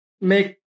make